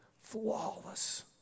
flawless